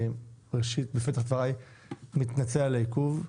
ראשית בפתח דברי אני מתנצל על העיכוב,